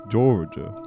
Georgia